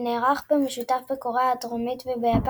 שנערך במשותף בקוריאה הדרומית וביפן,